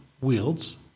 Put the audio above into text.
wields